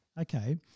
Okay